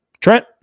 Trent